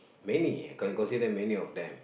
many can consider many of them